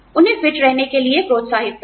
उन्हें फिट रहने के लिए प्रोत्साहित करें